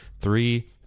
three